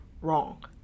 wrong